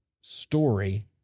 story